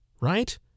right